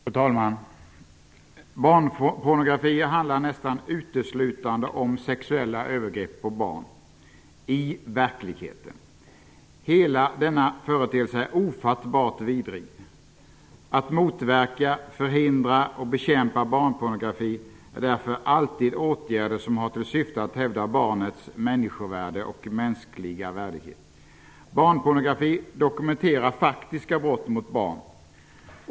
Fru talman! Barnpornografi handlar i verkligheten nästan uteslutande om sexuella övergrepp på barn. Hela denna företeelse är ofattbart vidrig. Att motverka, förhindra och bekämpa barnpornografi är därför alltid åtgärder som har till syfte att hävda barnets människovärde och mänskliga värdighet. Barnpornografi dokumenterar faktiska brott mot barn.